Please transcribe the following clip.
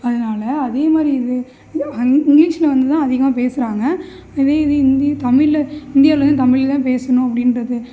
அதனால அதே மாதிரி இது இங்கிலீஷில் வந்து தான் அதிகமாக பேசுகிறாங்க இதே இது ஹிந்தி தமிழில் இந்தியாவில் வந்து தமிழில் தான் பேசணும் அப்படின்றது